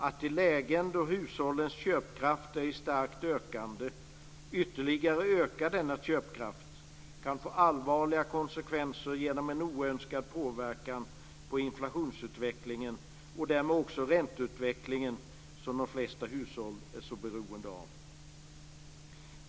Att i lägen då hushållens köpkraft är i starkt ökande ytterligare öka denna köpkraft kan få allvarliga konsekvenser genom en oönskad påverkan på inflationsutvecklingen och därmed också på ränteutvecklingen, som de flesta hushåll är så beroende av.